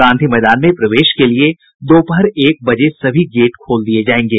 गांधी मैदान में प्रवेश के लिए दोपहर एक बजे सभी गेट खोल दिये जायेंगे